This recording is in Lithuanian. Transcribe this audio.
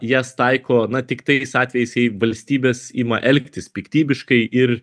jas taiko na tik tais atvejais jei valstybės ima elgtis piktybiškai ir